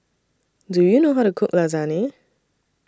Do YOU know How to Cook Lasagne